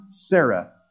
Sarah